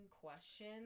question